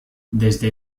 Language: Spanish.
desde